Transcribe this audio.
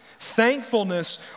Thankfulness